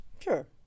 Sure